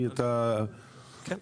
כן.